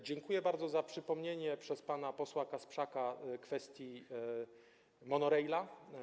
Dziękuję bardzo za przypomnienie przez pana posła Kasprzaka kwestii monoraila.